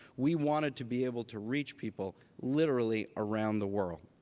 we wanted to be able to reach people literally around the world.